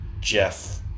Jeff